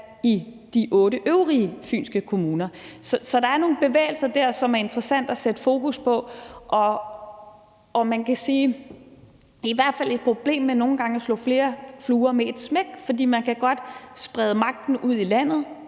i de otte øvrige fynske kommuner. Så der er nogle bevægelser der, som er interessant at sætte fokus på. Og man kan sige, at der i hvert fald er et problem med nogle gange at slå flere fluer med ét smæk. For man kan godt sprede magten ud i landet,